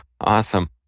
awesome